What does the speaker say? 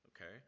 okay